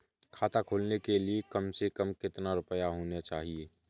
खाता खोलने के लिए कम से कम कितना रूपए होने चाहिए?